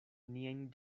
niajn